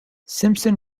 simpson